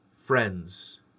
friends